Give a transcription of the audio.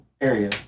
area